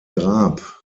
grab